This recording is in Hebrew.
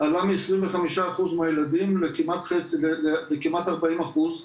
עלה מ-25% מהילדים לכמעט 40%,